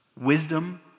wisdom